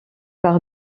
par